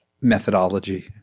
methodology